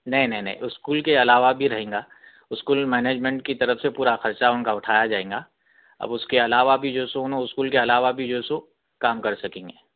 نہیں نہیں اسکول کے علاوہ بھی رہیں گا اسکول منیجمینٹ کی طرف سے پورا خرچہ ان کا اٹھایا جائیں گا اب اس کے علاوہ بھی جو سو نو اسکول کے علاوہ بھی جو سو کام کر سکیں گے